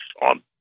on